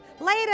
Later